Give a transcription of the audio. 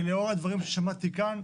ולאור הדברים ששמעתי כאן,